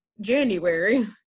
January